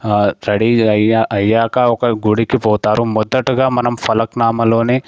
ready అయి అయ్యాక ఒక గుడికి పోతారు మొదటగా మనం ఫలక్నామాలోనే